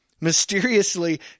Mysteriously